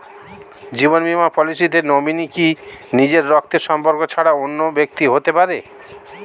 জীবন বীমা পলিসিতে নমিনি কি নিজের রক্তের সম্পর্ক ছাড়া অন্য ব্যক্তি হতে পারে?